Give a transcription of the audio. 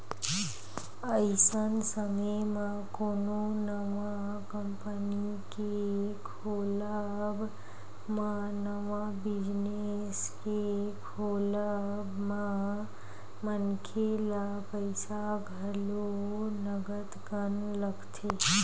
अइसन समे म कोनो नवा कंपनी के खोलब म नवा बिजनेस के खोलब म मनखे ल पइसा घलो नंगत कन लगथे